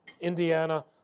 Indiana